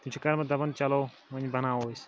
تِم چھ کران پتہٕ دپان چلو ؤنۍ بناوَو أسۍ